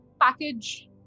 package